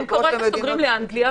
הן כרגע סוגרות לאנגליה,